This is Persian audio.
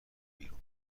بیرون